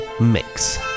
Mix